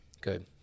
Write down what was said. good